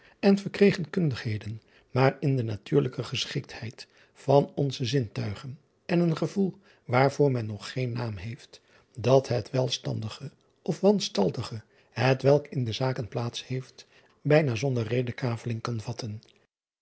en verkregen kundigheden maar in de natuurlijke geschiktheid van onze zintuigen en een gevoel waarvoor men nog geen naam heeft dat het welstandige of wanstaltige het welk in de zaken plaats heeft bijna zonder redekaveling kan vatten